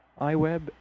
iWeb